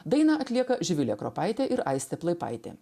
dainą atlieka živilė kropaitė ir aistė plaipaitė